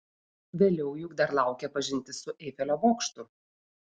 vėliau juk dar laukia pažintis su eifelio bokštu